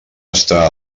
estar